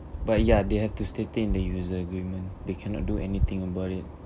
but ya they have to state in the user agreement they cannot do anything about it